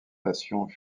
passions